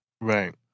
right